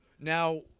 Now